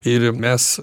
ir mes